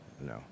No